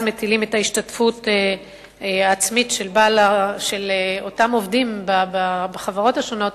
מטילים את ההשתתפות העצמית של אותם עובדים בחברות השונות,